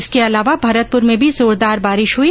इसके अलावा भरतपुर में भी जोरदार बारिश हुई